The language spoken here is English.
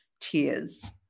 tears